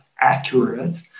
accurate